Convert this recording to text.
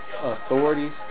authorities